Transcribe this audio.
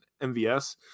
MVS